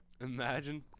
Imagine